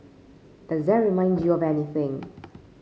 does that remind you of anything